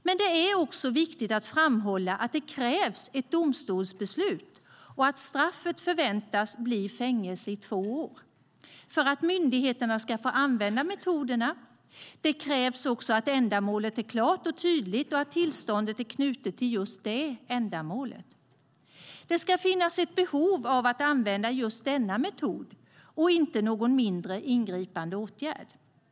Men det är också viktigt att framhålla att det krävs ett domstolsbeslut och att straffet förväntas bli fängelse i två år för att myndigheterna ska få använda metoderna. Det krävs också att ändamålet är klart och tydligt och tillståndet är knutet till just det ändamålet. Det ska finnas ett behov av att använda just denna metod och inte någon mindre ingripande åtgärd.